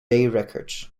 records